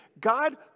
God